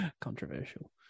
Controversial